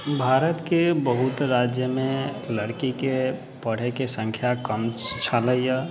भारत के बहुत राज्य मे लड़की के पढ़य के संख्या कम छलैयऽ